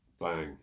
bang